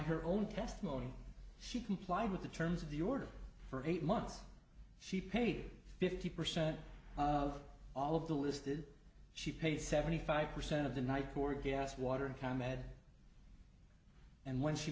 her own testimony she complied with the terms of the order for eight months she paid fifty percent of all of the listed she paid seventy five percent of the night for gas water and com ed and when she